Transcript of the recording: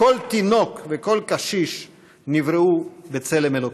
כל תינוק וכל קשיש נבראו בצלם אלוהים.